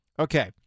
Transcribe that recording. Okay